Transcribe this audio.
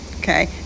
Okay